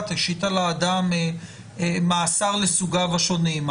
השית על האדם מאסר על סוגיו השונים,